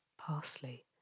parsley